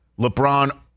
LeBron